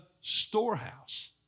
storehouse